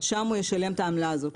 שם הוא ישלם את העמלה הזאת,